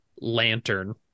lantern